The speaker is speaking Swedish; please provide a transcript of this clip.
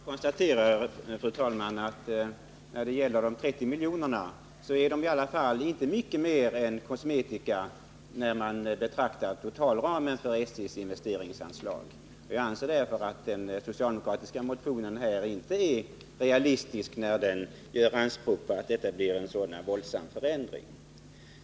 Fru talman! Jag konstaterar att de 30 miljonerna i alla fall icke är mycket mer än kosmetika om man betraktar totalramen för SJ:s investeringsanslag. Jag anser därför att den socialdemokratiska motionen inte är realistisk när den gör anspråk på att det skulle vara fråga om någon våldsam förändring.